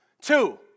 two